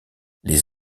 les